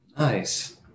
Nice